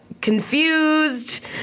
Confused